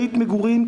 בית מגורים,